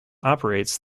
operates